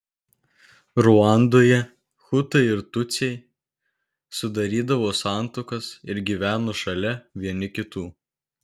ruandoje hutai ir tutsiai sudarydavo santuokas ir gyveno šalia vieni kitų